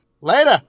later